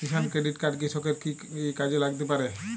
কিষান credit card কৃষকের কি কি কাজে লাগতে পারে?